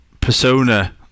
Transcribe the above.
persona